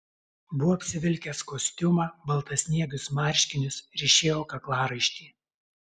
buvo apsivilkęs kostiumą baltasniegius marškinius ryšėjo kaklaraištį